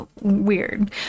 weird